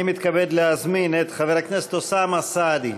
אני מתכבד להזמין את חבר הכנסת אוסאמה סעדי.